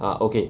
ah okay